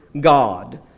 God